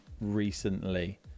recently